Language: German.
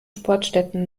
sportstätten